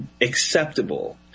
acceptable